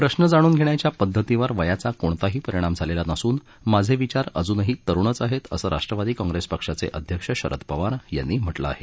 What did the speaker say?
प्रश्न जाणून घेण्याच्या पद्धतीवर वयाचा कोणताही परिणाम झालेला नसून माझे विचार अजूनही तरुणच आहेत असं राष्ट्रवादी काँग्रेस पक्षाचे अध्यक्ष शरद पवार यांनी म्हटलं आहे